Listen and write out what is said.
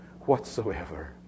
whatsoever